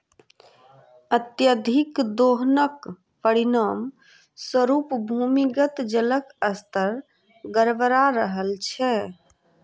अत्यधिक दोहनक परिणाम स्वरूप भूमिगत जलक स्तर गड़बड़ा रहल छै